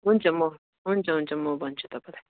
हुन्छ म हुन्छ हुन्छ म भन्छु तपाईँलाई